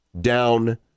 down